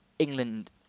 England